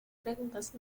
preguntas